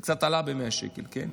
זה קצת עלה, ב-100 שקל, כן?